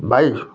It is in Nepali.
भाइ